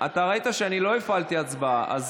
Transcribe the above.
אתה ראית שאני לא הפעלתי הצבעה.